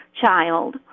child